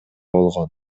болгон